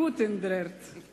/ גוט אין דער ערד.//